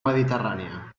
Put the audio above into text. mediterrània